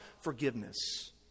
forgiveness